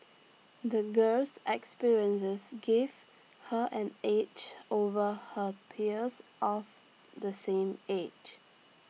the girl's experiences gave her an edge over her peers of the same age